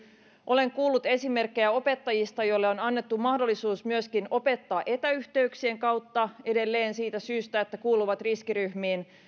olen kuullut esimerkkejä opettajista joille on annettu mahdollisuus myöskin opettaa etäyhteyksien kautta edelleen siitä syystä että kuuluvat riskiryhmiin